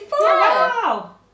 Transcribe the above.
Wow